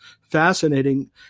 fascinating